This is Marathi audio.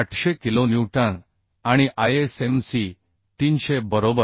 800 किलोन्यूटन आणि ISMC300 बरोबर